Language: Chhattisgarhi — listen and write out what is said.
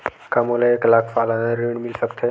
का मोला एक लाख सालाना ऋण मिल सकथे?